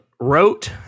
wrote